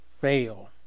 fail